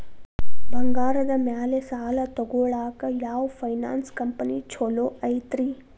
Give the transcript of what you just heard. ಬಂಗಾರದ ಮ್ಯಾಲೆ ಸಾಲ ತಗೊಳಾಕ ಯಾವ್ ಫೈನಾನ್ಸ್ ಕಂಪನಿ ಛೊಲೊ ಐತ್ರಿ?